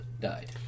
died